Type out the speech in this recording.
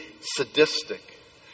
sadistic